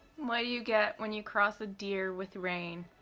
what do you get when you cross a deer with rain?